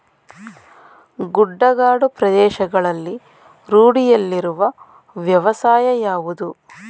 ಗುಡ್ಡಗಾಡು ಪ್ರದೇಶಗಳಲ್ಲಿ ರೂಢಿಯಲ್ಲಿರುವ ವ್ಯವಸಾಯ ಯಾವುದು?